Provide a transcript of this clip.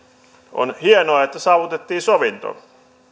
on hienoa että saavutettiin sovinto